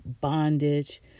bondage